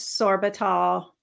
sorbitol